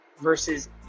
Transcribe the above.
versus